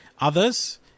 Others